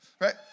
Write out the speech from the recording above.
right